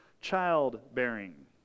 childbearing